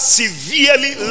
severely